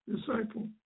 disciple